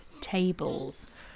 tables